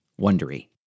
Wondery